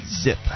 zip